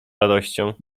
radością